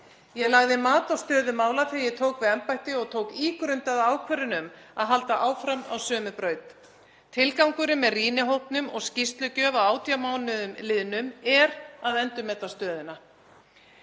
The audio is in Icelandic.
Ég lagði mat á stöðu mála þegar ég tók við embætti og tók ígrundaða ákvörðun um að halda áfram á sömu braut. Tilgangurinn með rýnihópnum og skýrslugjöf að 18 mánuðum liðnum er að endurmeta stöðuna.